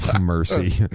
mercy